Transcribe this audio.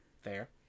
Fair